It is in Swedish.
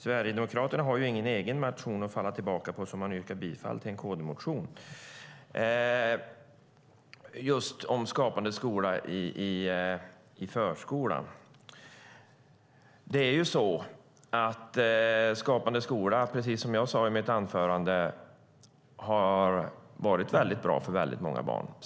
Sverigedemokraterna har ingen egen motion att falla tillbaka på och yrkar därför bifall till en KD-motion just om Skapande skola i förskolan. Skapande skola har, precis som jag sade i mitt anförande, varit mycket bra för många barn.